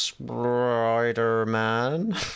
Spider-Man